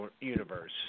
universe